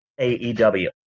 AEW